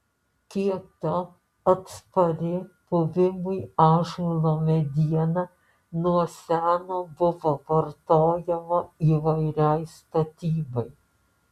kieta atspari puvimui ąžuolo mediena nuo seno buvo vartojama įvairiai statybai